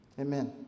Amen